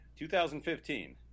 2015